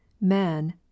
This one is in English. man